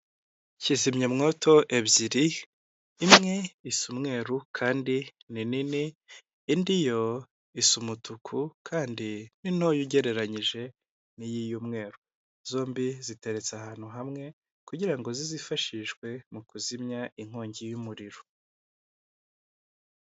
Kizimyamwoto ebyiri, imwesa umweru kandi ni nini, indi yo isa umutuku kandi ni ntoya ugereranyije n'iyi y'umweru, zombi ziteretse ahantu hamwe kugira ngo zizifashishwe mu kuzimya inkongi y'umuriro.